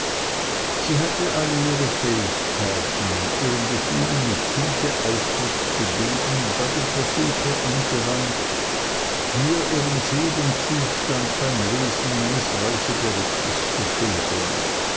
sie hatte alle ihre fähigkeiten ihren gefühlen mit tinte ausdruck zu geben bei dem versuch angewandt mir ihren seelenzustand beim lesen meines reiseberichts zu schildern